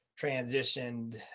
transitioned